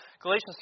Galatians